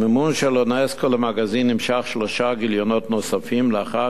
המימון של אונסק"ו למגזין נמשך שלושה גיליונות נוספים לאחר